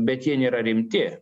bet jie nėra rimti